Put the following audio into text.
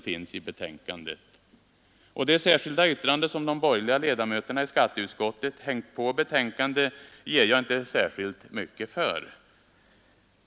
Detta särskilda yttrande, som de borgerliga ledamöterna i skatteutskottet hängt på betänkandet, ger jag inte särskilt mycket för.